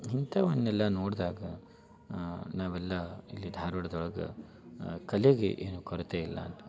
ಇಂಥವನ್ನೆಲ್ಲ ನೋಡಿದಾಗ ನಾವೆಲ್ಲ ಇಲ್ಲಿ ಧಾರವಾಡದೊಳಗೆ ಕಲೆಗೆ ಏನೂ ಕೊರತೆಯಿಲ್ಲ